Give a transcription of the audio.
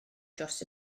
dros